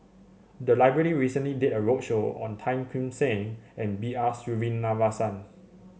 the library recently did a roadshow on Tan Kim Seng and B R Sreenivasan